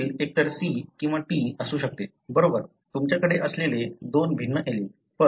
allele एकतर C किंवा T असू शकते उजवीकडे तुमच्याकडे असलेले दोन भिन्न एलील